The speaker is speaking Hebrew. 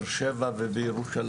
בבאר שבע ובירושלים.